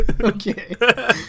Okay